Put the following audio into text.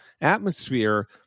atmosphere